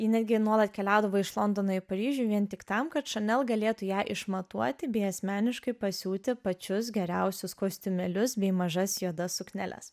ji netgi nuolat keliaudavo iš londono į paryžių vien tik tam kad chanel galėtų ją išmatuoti bei asmeniškai pasiūti pačius geriausius kostiumėlius bei mažas juodas sukneles